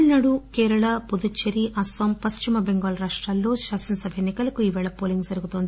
తమిళనాడు కేరళ పుదుచ్చేరి అస్సాం పశ్చిమ బెంగాల్ రాష్టాల్లో శాసనసభ ఎన్ని కలకు ఈ రోజు పోలింగ్ జరుగుతోంది